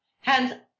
hence